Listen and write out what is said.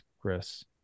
Chris